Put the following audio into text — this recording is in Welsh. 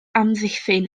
amddiffyn